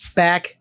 back